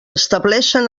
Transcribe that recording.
estableixen